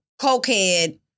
cokehead